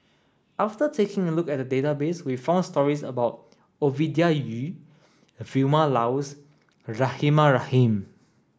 after taking a look at database we found stories about Ovidia Yu a Vilma Laus Rahimah Rahim